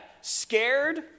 Scared